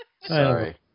Sorry